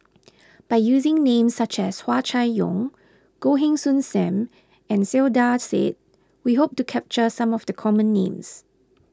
by using names such as Hua Chai Yong Goh Heng Soon Sam and Saiedah Said we hope to capture some of the common names